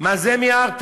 "מה זה מיהרת",